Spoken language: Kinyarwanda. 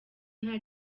nta